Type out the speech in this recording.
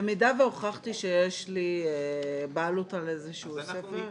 במידה שהוכחתי שיש לי בעלות על איזה שהוא ספר,